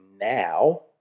now